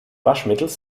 waschmittels